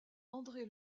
andré